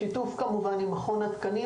בשיתוף מכון התקנים,